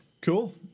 Cool